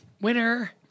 Winner